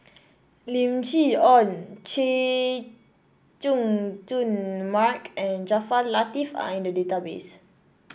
Lim Chee Onn Chay Jung Jun Mark and Jaafar Latiff are in the database